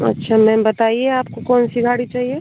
अच्छा मैम बताइए आपको कौनसी गाड़ी चाहिए